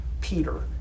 Peter